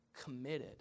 Committed